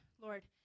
Lord